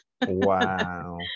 Wow